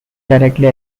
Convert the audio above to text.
directly